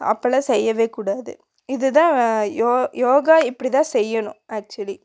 அப்போல்லாம் செய்யவே கூடாது இது தான் யோ யோகா இப்படி தான் செய்யணும் ஆக்சுவலி